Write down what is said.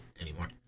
anymore